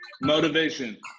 motivation